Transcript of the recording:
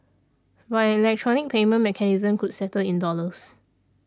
but electronic payment mechanism could settle in dollars